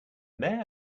mayor